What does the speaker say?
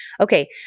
Okay